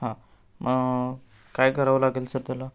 हां मग काय करावं लागेल सर त्याला